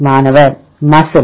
மாணவர் MUSCLE